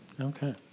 Okay